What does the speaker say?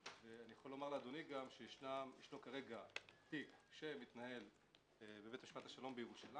אני גם יכול לומר לאדוני שכרגע יש תיק שמתנהל בבית משפט השלום בירושלים,